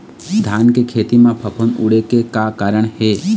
धान के खेती म फफूंद उड़े के का कारण हे?